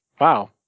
Wow